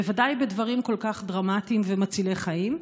בוודאי בדברים כל כך דרמטיים ומצילי חיים.